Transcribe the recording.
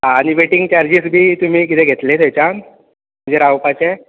आनी waiting charges बी तुमी कितें घेतले थंयच्यान म्हणजे रावपाचे